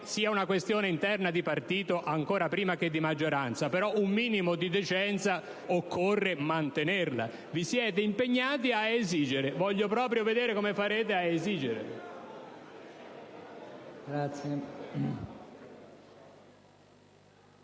sia una questione interna di partito, ancora prima che di maggioranza, però occorre mantenere un minimo di decenza. Vi siete impegnati «ad esigere». Voglio proprio vedere come farete ad esigere.